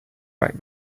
back